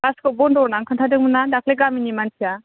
बासखौ बन्द' होननानै खोन्थादोंमोन्ना दाख्लै गामिनि मानसिया